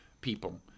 people